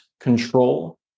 control